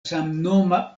samnoma